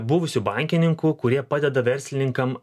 buvusių bankininkų kurie padeda verslininkam